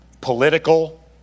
political